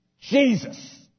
Jesus